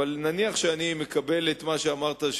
ונניח שאני מקבל את מה שאמרת,